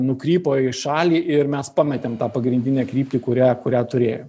nukrypo į šalį ir mes pametėm tą pagrindinę kryptį kurią kurią turėjom